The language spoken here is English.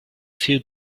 few